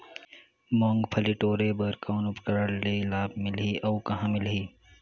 मुंगफली टोरे बर कौन उपकरण ले लाभ मिलही अउ कहाँ मिलही?